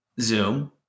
Zoom